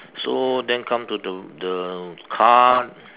so then come to the the car